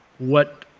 what,